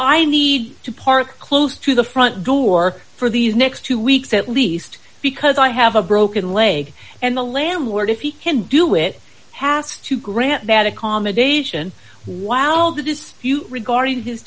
i need to park close to the front door for these next two weeks at least because i have a broken leg and the landlord if he can do it has to grant that accommodation while the dispute regarding his